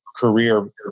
career